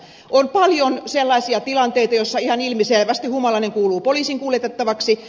on paljon sellaisia tilanteita joissa ihan ilmiselvästi humalainen kuuluu poliisin kuljetettavaksi